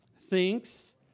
thinks